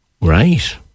Right